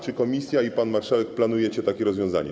Czy komisja i pan marszałek planujecie takie rozwiązanie?